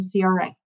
CRA